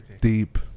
Deep